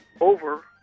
over